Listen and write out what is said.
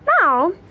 Now